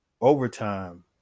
overtime